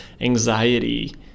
anxiety